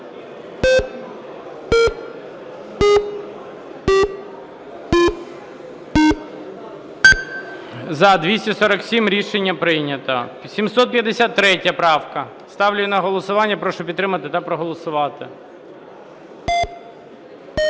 За-247 Рішення прийнято. 753 правка. Ставлю її на голосування. Прошу підтримати та проголосувати.